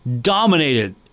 dominated